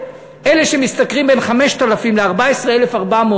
אלה שמשתכרים בין 5,000 ל-14,400,